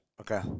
Okay